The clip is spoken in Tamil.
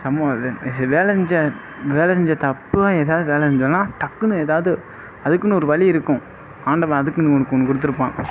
சம்மு வேலை செஞ்சேன் வேலை செஞ்சு தப்பாக ஏதாவது வேலை செஞ்சாலும் டக்குனு ஏதாவது அதுக்குன்னு ஒரு வழி இருக்கும் ஆண்டவன் அதுக்குன்னு உனக்கு ஒன்று கொடுத்துருப்பான்